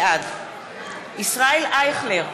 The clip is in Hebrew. בעד ישראל אייכלר,